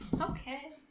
Okay